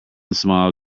smile